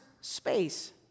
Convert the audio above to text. space